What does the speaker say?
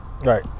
Right